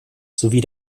sowie